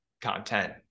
content